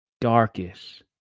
darkest